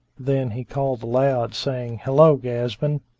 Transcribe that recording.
then he called aloud, saying, hello, ghazban!